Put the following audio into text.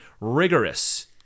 rigorous